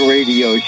Radio